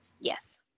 Yes